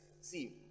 see